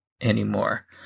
anymore